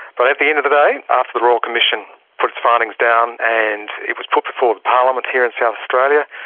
but at the end of the day, after the royal commission put its findings down and it was put before parliament here in south australia.